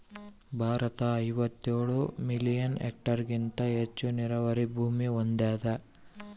ಭಾರತ ಐವತ್ತೇಳು ಮಿಲಿಯನ್ ಹೆಕ್ಟೇರ್ಹೆಗಿಂತ ಹೆಚ್ಚು ನೀರಾವರಿ ಭೂಮಿ ಹೊಂದ್ಯಾದ